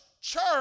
church